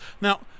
Now